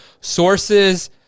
sources